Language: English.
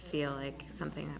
feel like something